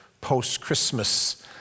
post-Christmas